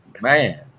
man